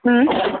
হুম